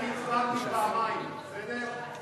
אני הצבעתי פעמיים, בסדר?